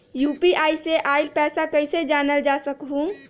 UPI से आईल पैसा कईसे जानल जा सकहु?